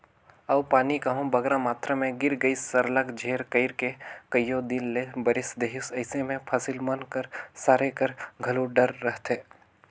अउ पानी कहांे बगरा मातरा में गिर गइस सरलग झेर कइर के कइयो दिन ले बरेस देहिस अइसे में फसिल मन कर सरे कर घलो डर रहथे